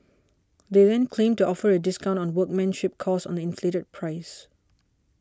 they then claim to offer a discount on workmanship cost on the inflated price